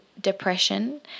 depression